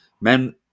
men